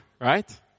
right